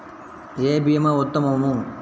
ఏ భీమా ఉత్తమము?